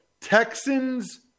Texans